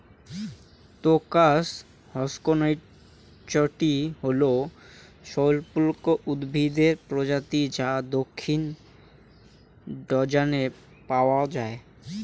crocus হসকনেইচটি হল সপুষ্পক উদ্ভিদের প্রজাতি যা দক্ষিণ জর্ডানে পাওয়া য়ায়